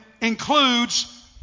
includes